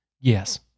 Yes